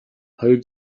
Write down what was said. хоёр